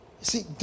see